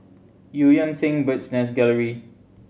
Eu Yan Sang Bird's Nest Gallery